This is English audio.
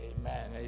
Amen